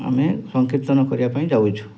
ଆମେ ସଂକୀର୍ତ୍ତନ କରିବା ପାଇଁ ଯାଉଛୁ